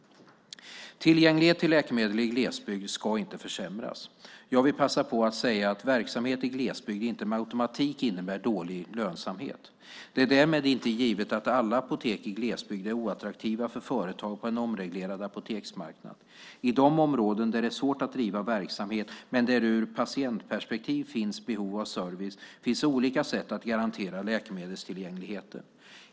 Tillgängligheten till läkemedel i glesbygd ska inte försämras. Jag vill passa på att säga att verksamhet i glesbygd inte med automatik innebär dålig lönsamhet. Det är därmed inte givet att alla apotek i glesbygd är oattraktiva för företag på en omreglerad apoteksmarknad. I de områden där det är svårt att driva verksamhet, men där det ur patientperspektiv finns behov av service, finns olika sätt att garantera läkemedelstillgängligheten.